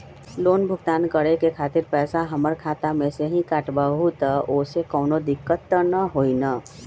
Loan भुगतान करे के खातिर पैसा हमर खाता में से ही काटबहु त ओसे कौनो दिक्कत त न होई न?